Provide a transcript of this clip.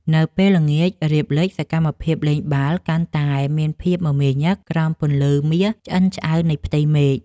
នៅពេលល្ងាចរៀបលិច សកម្មភាពលេងបាល់ទះកាន់តែមានភាពមមាញឹកក្រោមពន្លឺមាសឆ្អិនឆ្អៅនៃផ្ទៃមេឃ។